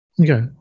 Okay